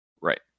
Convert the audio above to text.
Right